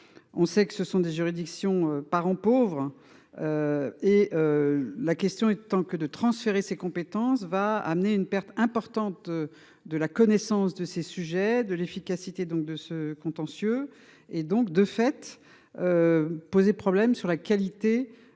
On sait que ce sont des juridictions parent pauvre. Et. La question étant que de transférer ses compétences va amener une perte importante de la connaissance de ses sujets de l'efficacité donc de ce contentieux et donc de fait. Poser problème sur la qualité. De l'accompagnement